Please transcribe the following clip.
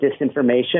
disinformation